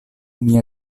mia